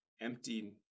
empty